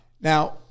Now